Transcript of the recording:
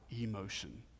Emotion